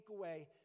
takeaway